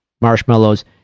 marshmallows